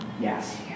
Yes